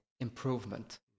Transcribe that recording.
improvement